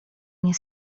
nie